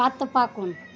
پتہٕ پکُن